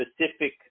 specific